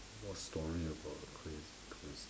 what story about a crazy coincidence